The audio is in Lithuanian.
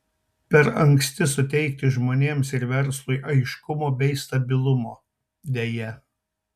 per anksti suteikti žmonėms ir verslui aiškumo bei stabilumo deja